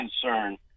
concern